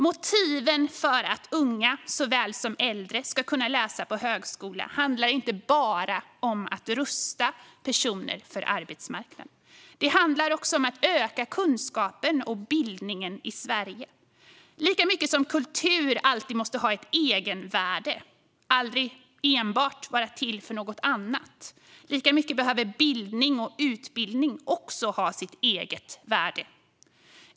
Motiven för att unga såväl som äldre ska kunna läsa på högskola handlar inte bara om att rusta personer för arbetsmarknaden, utan det handlar även om att öka kunskapen och bildningen i Sverige. Lika mycket som kultur alltid måste ha ett egenvärde och aldrig enbart vara till för något annat behöver bildning och utbildning också ha sitt eget värde.